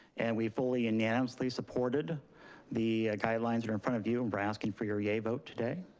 and we fully unanimously supported the guidelines that are in front of you, and we're asking for your yea vote today.